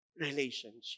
Relationship